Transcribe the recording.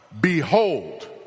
behold